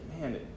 man